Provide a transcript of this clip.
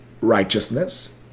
righteousness